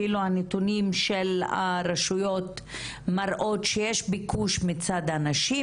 אפילו הנתונים של הרשויות מראים שיש ביקוש מצד הנשים,